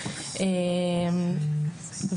אני מבינה,